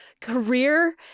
career